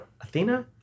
Athena